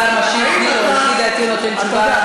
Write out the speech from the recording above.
כשתוקעים ללוחמת סכין בגב.